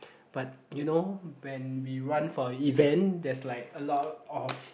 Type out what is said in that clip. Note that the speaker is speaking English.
but you know when we run for event there's like a lot of